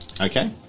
Okay